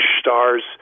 stars